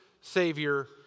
Savior